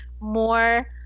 more